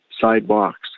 sidewalks